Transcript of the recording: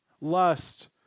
Lust